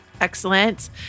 Excellent